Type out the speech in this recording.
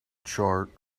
chart